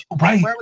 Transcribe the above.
Right